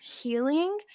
healing